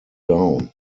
down